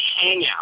hangout